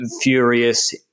furious